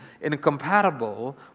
incompatible